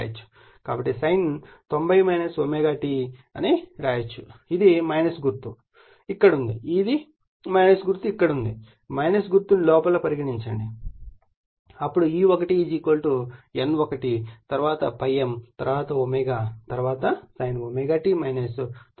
కాబట్టి sin 90 o ω t అని వ్రాయవచ్చు మరియు ఇది గుర్తు ఇక్కడ ఉంది ఈ గుర్తు ఇక్కడ ఉంది గుర్తు ను లోపలకి పరిగణించండి అప్పుడు E1 N1 తరువాత ∅m తరువాత ω తరువాత sin ω t 90o ను రాయండి